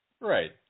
Right